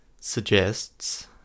suggests